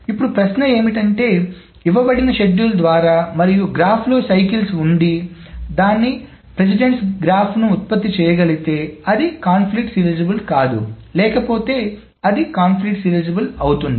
ఇప్పుడు ప్రశ్న ఏమిటంటే ఇవ్వబడిన షెడ్యూల్ ద్వారా మరియు గ్రాఫ్లో చక్రాలు ఉండిదాని ప్రాధాన్యత గ్రాఫ్ను ఉత్పత్తి చేయగలిగితే అది సంఘర్షణ సీరియలైజబుల్ కాదు లేకపోతే అది సంఘర్షణ సీరియలైజబుల్ అవుతుంది